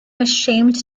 ashamed